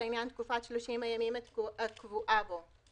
לעניין תקופת 30 הימים הקבועה בו,